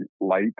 light